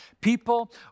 people